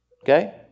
Okay